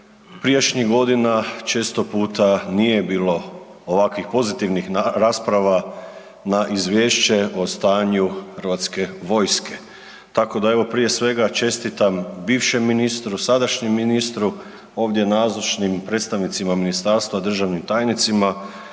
prijašnjih godina često puta nije bilo ovakvih pozitivnih rasprava na izvješće o stanju hrvatske vojske tako da evo prije svega, čestitam bivšem ministru, sadašnjem ministru, ovdje nazočnim predstavnicima ministarstva, državnim tajnicima